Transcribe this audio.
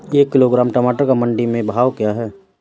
एक किलोग्राम टमाटर का मंडी में भाव क्या है?